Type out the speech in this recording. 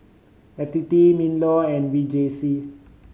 F T T MinLaw and V J C